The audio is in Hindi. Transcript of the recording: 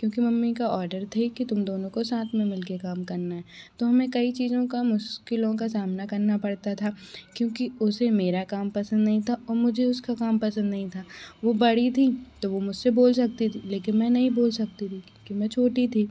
क्योंकि मम्मी का ऑर्डर थे कि तुम दोनों को साथ में मिल के काम करना है तो हमें कई चीज़ों का मुश्किलों का सामना करना पड़ता था क्योंकि उसे मेरा काम पसंद नहीं था और मुझे उसका काम पसंद नहीं था वो बड़ी थीं तो वो मुझसे बोल सकती थीं लेकिन मैं नहीं बोल सकती थी क्योंकि में छोटी थी